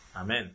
amen